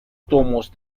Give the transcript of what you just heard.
tomos